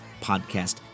Podcast